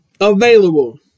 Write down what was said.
available